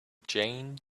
jane